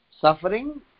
suffering